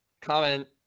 comment